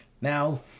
Now